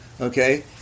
okay